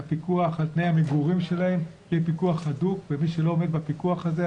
הפיקוח על תנאי המגורים שלהם יהיה פיקוח הדוק ומי שלא עומד בפיקוח הזה,